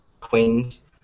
queens